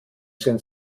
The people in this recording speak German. sind